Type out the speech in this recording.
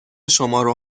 شمارو